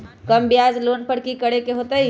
कम ब्याज पर लोन की करे के होतई?